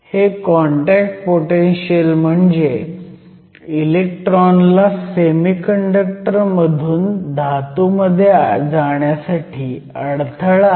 हे contact potential म्हणजे इलेक्ट्रॉनला सेमीकंडक्टर मधून धातूमध्ये जाण्यासाठी अडथळा आहे